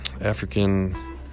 african